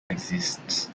exists